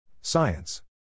Science